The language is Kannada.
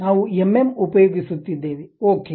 ನಾವು ಎಂಎಂ ಉಪಯೋಗಿಸುತ್ತಿದ್ದೇವೆಓಕೆ